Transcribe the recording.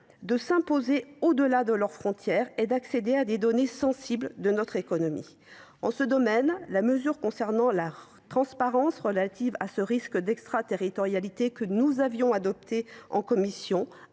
de s’imposer au delà de leurs frontières et d’accéder à des données sensibles de notre économie. En ce domaine, la mesure concernant la transparence relative au risque d’extraterritorialité que nous avons adoptée en commission